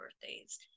birthdays